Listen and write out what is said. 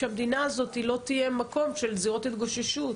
שרוצים שהמדינה הזאת לא תהיה מקום של זירות התגוששות.